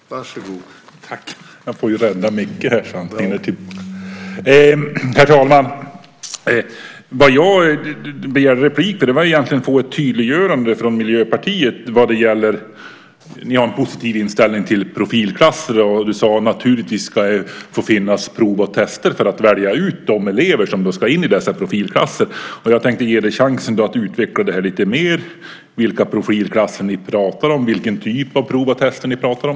Herr talman! Jag får rädda Mikael så att han hinner tillbaka till kammaren. Nej, jag begärde egentligen replik för att få ett tydliggörande från Miljöpartiet vad gäller er positiva inställning till profilklasser. Mikaela, du sade att det naturligtvis ska få finnas prov och tester för att välja ut de elever som ska in i dessa profilklasser. Jag tänkte ge dig chansen att utveckla det lite mer, alltså vilka profilklasser ni pratar om och vilken typ av prov och tester ni pratar om.